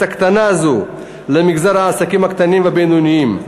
הקטנה הזאת למגזר העסקים הקטנים והבינוניים,